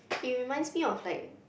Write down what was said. it reminds me of like